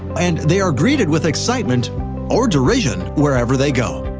and they are greeted with excitement or derision wherever they go.